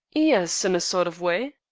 yes, in a sort of way.